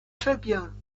tribune